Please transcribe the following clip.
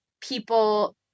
people